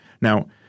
Now